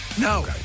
No